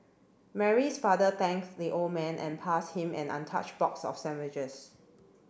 Mary's father thanked the old man and passed him an untouched box of sandwiches